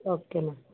okay ma'am